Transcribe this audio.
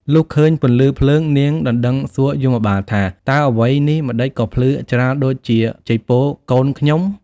លុះឃើញ ពន្លឺភ្លើង នាងដណ្ដឹងសួរយមបាលថា តើអ្វីនេះម្តេចក៏ភ្លឺច្រាលដូចជា ចីពរ កូនខ្ញុំ? ។